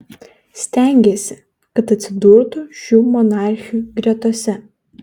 stengėsi kad atsidurtų šių monarchių gretose